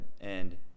And-